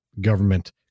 government